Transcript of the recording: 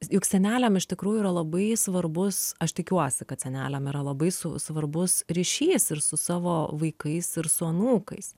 juk seneliam iš tikrųjų yra labai svarbus aš tikiuosi kad seneliam yra labai svarbus ryšys ir su savo vaikais ir su anūkais